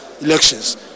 elections